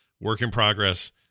work-in-progress